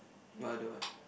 what other what